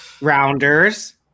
Rounders